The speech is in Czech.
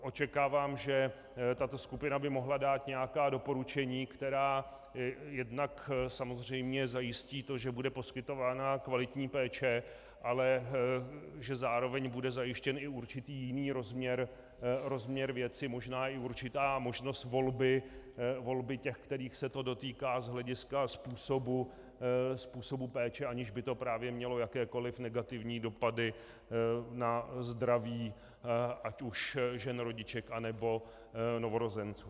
Očekávám, že tato skupina by mohla dát nějaká doporučení, která jednak samozřejmě zajistí to, že bude poskytována kvalitní péče, ale že zároveň bude zajištěn i určitý jiný rozměr věci, možná i určitá možnost volby těch, kterých se to dotýká, z hlediska způsobu péče, aniž by to právě mělo jakékoliv negativní dopady na zdraví ať už žen rodiček, anebo novorozenců.